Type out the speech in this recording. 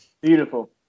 beautiful